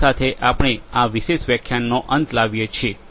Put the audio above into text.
આ સાથે આપણે આ વિશેષ વ્યાખ્યાનનો અંત લાવીએ છીએ